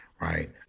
right